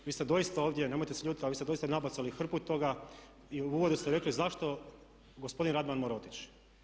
Vi ste doista ovdje, nemojte se ljutiti, ali vi ste doista nabacali hrpu toga i u uvodu ste rekli zašto gospodin Radman mora otići.